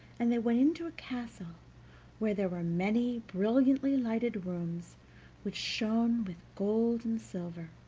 and they went into a castle where there were many brilliantly lighted rooms which shone with gold and silver,